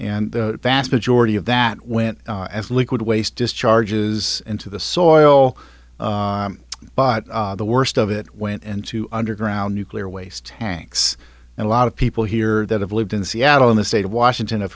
and the vast majority of that went as liquid waste discharges into the soil but the worst of it went into underground nuclear waste tanks and a lot of people here that have lived in seattle in the state of washington